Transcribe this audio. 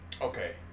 okay